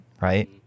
right